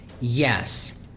Yes